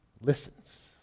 listens